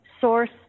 Source